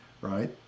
right